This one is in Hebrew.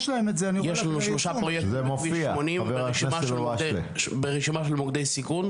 יש לנו שלושה מוקדים בכביש 80 ברשימה של מוקדי הסיכון,